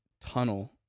tunnel